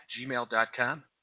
gmail.com